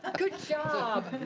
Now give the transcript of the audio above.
ah good job.